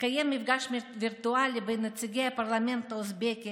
התקיים מפגש וירטואלי בין נציגי הפרלמנט האוזבקי,